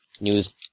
News